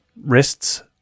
wrists